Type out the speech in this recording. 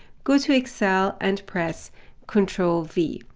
go to excel and press control v.